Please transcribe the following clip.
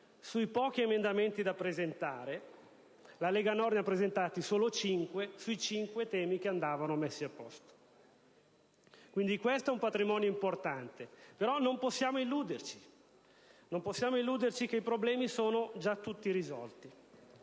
sui pochi emendamenti da presentare (la Lega Nord ne ha presentati solo cinque, sui cinque temi che andavano messi a posto). Questo è un patrimonio importante; però, non possiamo illuderci che i problemi siano già tutti risolti.